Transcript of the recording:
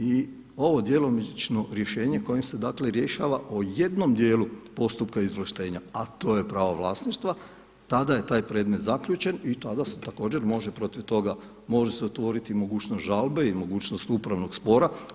I ovo djelomično rješenje kojim se dakle rješava o jednom djelu postupka izvlaštenja a to je pravo vlasništva tada je taj predmet zaključen i tada se također može protiv toga, može se otvoriti mogućnost žalbe i mogućnost upravnog spora.